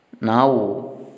Now